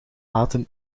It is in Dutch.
aten